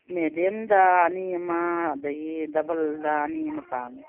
ꯃꯦꯗꯤꯌꯝꯗ ꯑꯅꯤ ꯑꯃ ꯑꯗꯒꯤ ꯗꯕꯜꯗ ꯑꯅꯤ ꯑꯃ ꯄꯥꯝꯃꯦ